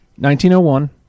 1901